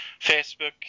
Facebook